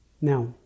Now